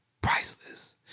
priceless